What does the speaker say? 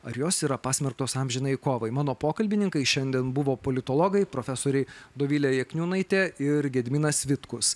ar jos yra pasmerktos amžinai kovai mano pokalbininkai šiandien buvo politologai profesoriai dovilė jakniūnaitė ir gediminas vitkus